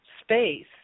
space